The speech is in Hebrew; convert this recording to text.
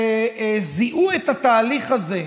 שזיהו את התהליך הזה,